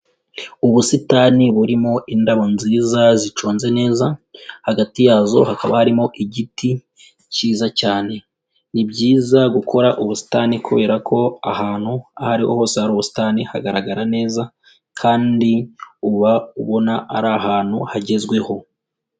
Ubusitani burimo indabo nziza ziconze neza, hagati yazo hakaba harimo igiti cyiza cyane. Ni byiza gukora ubusitani kubera ko ahantu aho ariho hose hari ubusitani hagaragarara neza, kandi uba ubona ari ahantu hagezweho.